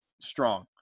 strong